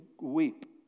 weep